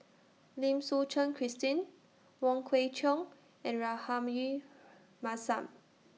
Lim Suchen Christine Wong Kwei Cheong and Rahayu Mahzam